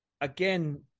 again